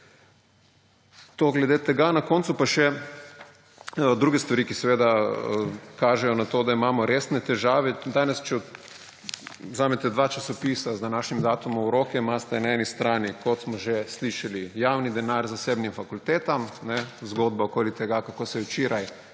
To, glede tega. Na koncu pa še druge stvari, ki seveda kažejo na to, da imamo resne težave. Danes, če vzamete dva časopisa z današnjim datumom v roke, imate na eni strani, kot smo že slišali, javni denar zasebnim fakultetam, zgodba okoli tega, kako se je včeraj